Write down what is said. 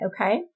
Okay